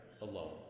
alone